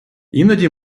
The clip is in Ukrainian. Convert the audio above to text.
іноді